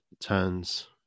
turns